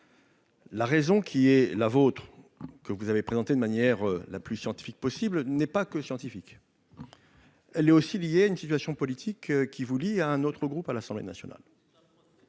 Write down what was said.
La raison qui est la vôtre, que vous avez présenté de manière la plus scientifique possible n'est pas que scientifique, elle est aussi liée à une situation politique qui vous lie à un autre groupe à l'Assemblée nationale,